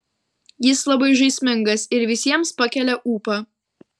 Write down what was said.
jis labai žaismingas ir visiems pakelia ūpą